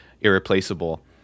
Irreplaceable